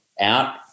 out